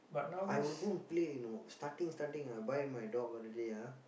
I will go and play you know starting starting I buy my dog already ah